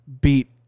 beat